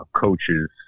coaches